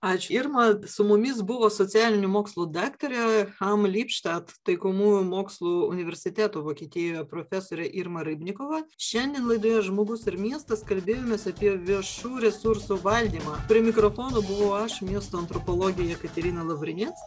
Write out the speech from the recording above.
ačiū irma su mumis buvo socialinių mokslų daktarė hamm lipstadt taikomųjų mokslų universiteto vokietijoje profesorė irma rybnikova šiandien laidoje žmogus ir miestas kalbėjomės apie viešų resursų valdymą prie mikrofono buvau aš miesto antropologė jekaterina lavrinec